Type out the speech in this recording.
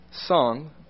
song